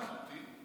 רק, אמרת סמרטוטים.